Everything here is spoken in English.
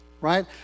right